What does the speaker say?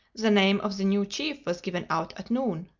the name of the new chief was given out at noon.